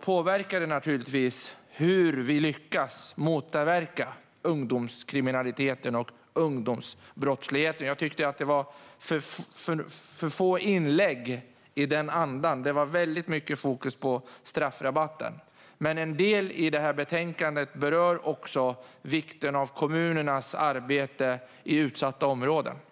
påverkar naturligtvis hur vi lyckas motverka ungdomskriminalitet och ungdomsbrottslighet. Det var för få inlägg i den andan, och i stället var det mycket fokus på straffrabatten. Men en del av betänkandet berör också vikten av kommunernas arbete i utsatta områden. Fru talman!